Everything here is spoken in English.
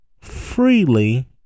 freely